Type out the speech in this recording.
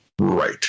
right